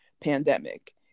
pandemic